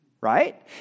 Right